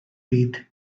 teeth